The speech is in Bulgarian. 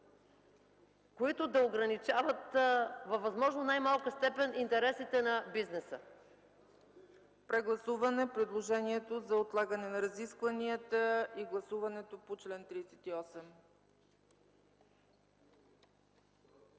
които да ограничават във възможно най-малка степен интересите на бизнеса. ПРЕДСЕДАТЕЛ ЦЕЦКА ЦАЧЕВА: Прегласуване на предложението за отлагане на разискванията и гласуването по чл. 38.